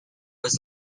was